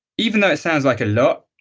even though it sounds like a lot,